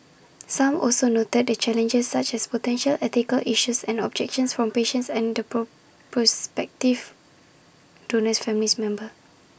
some also noted the challenges such as potential ethical issues and objections from patients and the pro prospective donor's family members